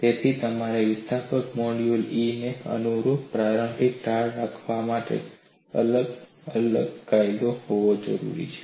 તેથી તમારે સ્થિતિસ્થાપક મોડ્યુલસ E ને અનુરૂપ પ્રારંભિક ઢાળ રાખવા માટે બળ અલગ કાયદો હોવો જરૂરી છે